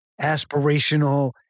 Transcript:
aspirational